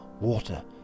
water